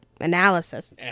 analysis